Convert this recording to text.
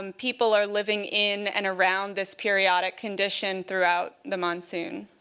um people are living in and around this periodic condition throughout the monsoon.